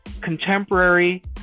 contemporary